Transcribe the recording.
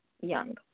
young